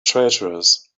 traitorous